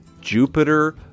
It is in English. Jupiter